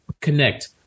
connect